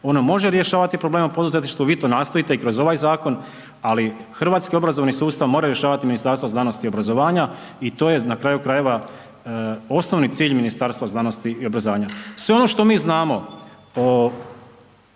Ono može rješavati probleme u poduzetništvu, vi sto nastojite i kroz ovaj zakon, ali hrvatski obrazovni sustav mora rješavati Ministarstvo znanosti i obrazovanja i to je na kraju krajeva osnovni cilj Ministarstva znanosti i obrazovanja. Sve ono što mi znamo o